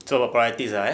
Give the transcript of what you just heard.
it's all priorities ah eh